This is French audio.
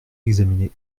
examiné